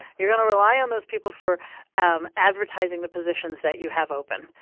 you're going to rely on those people for um advertising the positions that you have open.